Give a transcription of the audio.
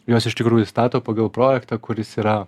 jos iš tikrųjų stato pagal projektą kuris yra